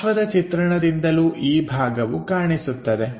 ಪಾರ್ಶ್ವದ ಚಿತ್ರಣದಿಂದಲೂ ಈ ಭಾಗವು ಕಾಣಿಸುತ್ತದೆ